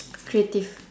creative